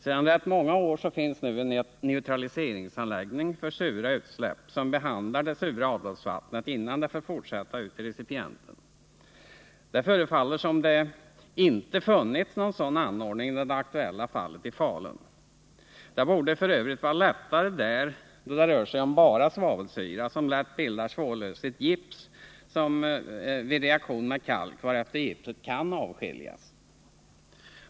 Sedan rätt många år finns nu en neutraliseringsanläggning för sura utsläpp, där det sura avloppsvattnet behandlas innan det får fortsätta ut i recipienten. Det förefaller som om det inte funnits någon sådan anordning i det aktuella fallet i Falun. Det borde f. ö. vara lättare där, då det rör sig om enbart svavelsyra, som lätt bildar svårlöslig gips vid reaktion med kalk, varefter gipsen kan avskiljas.